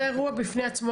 זה אירוע בפני עצמו,